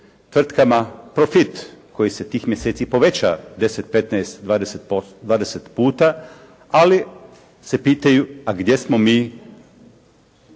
tvrtkama profit koji se tih mjeseci povećao 10, 15, 20 puta, ali se pitanju a gdje smo mi